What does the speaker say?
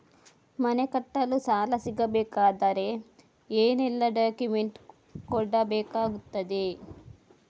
ಮನೆ ಕಟ್ಟಲು ಸಾಲ ಸಿಗಬೇಕಾದರೆ ಏನೆಲ್ಲಾ ಡಾಕ್ಯುಮೆಂಟ್ಸ್ ಕೊಡಬೇಕಾಗುತ್ತದೆ?